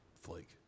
flake